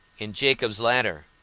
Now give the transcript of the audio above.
in jacob's ladder,